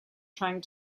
trying